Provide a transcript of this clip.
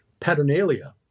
Paternalia